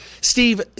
Steve